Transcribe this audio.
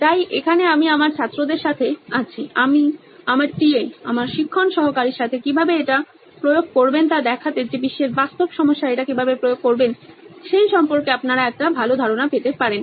তাই এখানে আমি আমার ছাত্রদের সাথে আছি আমার টিএ আমার শিক্ষণ সহকারীর সাথে কিভাবে এটা প্রয়োগ করবেন তা দেখাতে যে বিশ্বের বাস্তব সমস্যায় এটা কিভাবে প্রয়োগ করবেন সেই সম্পর্কে আপনারা একটা ভালো ধারণা পেতে পারন